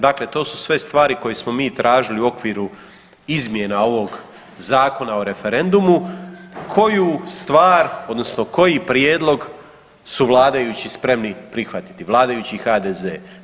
Dakle, to su sve stvari koje smo mi tražili u okviru izmjena ovoga Zakona o referendumu, koju stvar odnosno koji prijedlog su vladajući spremni prihvatiti, vladajući HDZ-e.